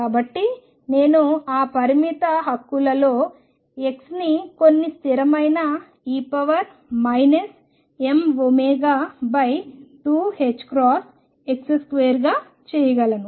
కాబట్టి నేను ఆ పరిమిత హక్కులలో x ని కొన్ని స్థిరమైన e mω2ℏx2 గా చేయగలను